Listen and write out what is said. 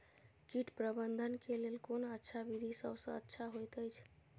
कीट प्रबंधन के लेल कोन अच्छा विधि सबसँ अच्छा होयत अछि?